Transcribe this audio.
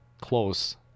close